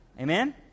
Amen